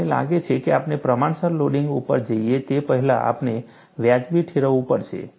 મને લાગે છે કે આપણે પ્રમાણસર લોડિંગ ઉપર જઈએ તે પહેલાં આપણે વાજબી ઠેરવવું પડશે